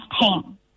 pain